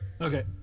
Okay